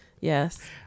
Yes